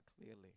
clearly